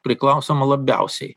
priklausoma labiausiai